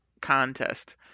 contest